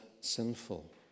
sinful